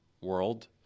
world